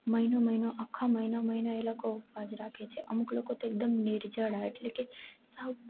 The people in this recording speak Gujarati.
મહીનો મહીનો આખા મહીનો મહીનો એ લોકો ઉપવાસ રાખે છે અમુક લોકો તો એકદમ નિર્જળા એટલે કે સાવ